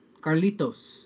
Carlitos